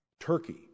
Turkey